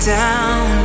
down